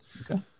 Okay